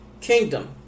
kingdom